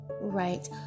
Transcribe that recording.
right